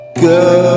girl